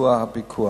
ביצוע הפיקוח.